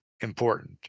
important